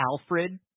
Alfred